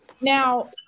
Now